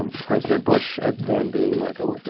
and president bush then being like, oh,